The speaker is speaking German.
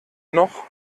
noch